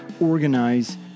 organize